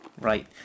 right